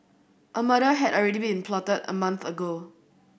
a murder had already been plotted a month ago